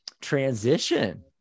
Transition